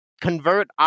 Convert